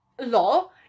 law